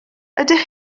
ydych